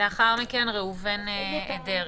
ולאחר מכן ראובן אדרעי.